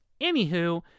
anywho